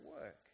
work